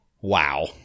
wow